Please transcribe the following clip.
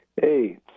Hey